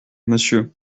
monsieur